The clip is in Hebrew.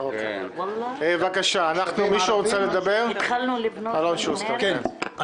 אופיר סופר (הבית היהודי - האיחוד הלאומי): כן.